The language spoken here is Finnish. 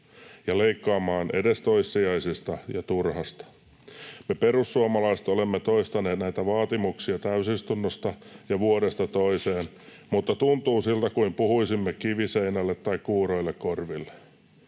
ja leikkaamaan edes toissijaisesta ja turhasta. Me perussuomalaiset olemme toistaneet näitä vaatimuksia täysistunnosta ja vuodesta toiseen, mutta tuntuu siltä kuin puhuisimme kiviseinälle tai kuuroille korville.